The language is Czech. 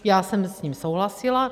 Já jsem s ním souhlasila.